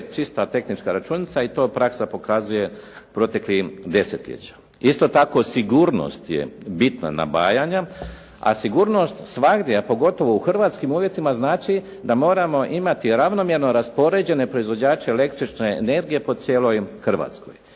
čista tehnička računica i to praksa pokazuje proteklih desetljeća. Isto tako sigurnost je bitna …/Govornik se ne razumije./… a sigurnost svagdje, a pogotovo u hrvatskim uvjetima znači da moramo imati ravnomjerno raspoređene proizvođače električne energije po cijeloj Hrvatskoj.